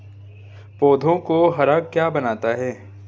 पौधों को हरा क्या बनाता है?